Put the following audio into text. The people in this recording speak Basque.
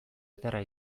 ederra